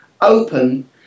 open